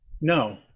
No